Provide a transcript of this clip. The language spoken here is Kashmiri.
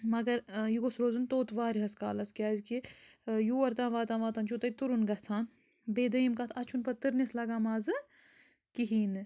مَگر ٲں یہِ گوٚژھو روزُن توٚت واریاہَس کالَس کیٛازِکہِ ٲں یور تام واتان واتان چھُو تۄہہِ تُرُن گژھان بیٚیہِ دوٚیِم کَتھ اَتھ چھُنہٕ پَتہٕ تُرنِس لَگان مَزٕ کِہیٖنۍ نہٕ